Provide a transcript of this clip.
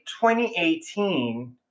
2018